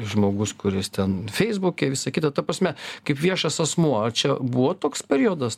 žmogus kuris ten feisbuke visa kita ta prasme kaip viešas asmuo ar čia buvo toks periodas